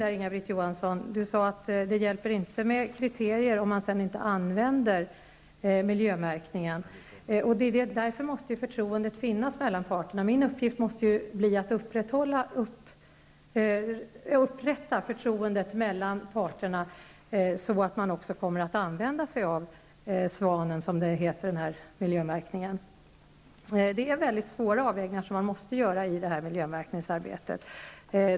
Hon sade att det inte hjälper med kriterier om man sedan inte använder miljömärkningen. Därför måste ett förtroende finnas mellan parterna. Min uppgift måste bli att upprätta förtroendet mellan parterna, så att man också kommer att använda sig av denna miljömärkning, svanen. Det är svåra avvägningar som måste göras i detta miljömärkningsarbete.